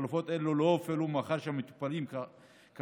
חלופות אלו לא הופעלו מאחר שהמטופלים כאמור